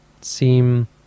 seem